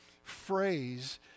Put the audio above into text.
phrase